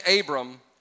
Abram